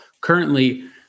currently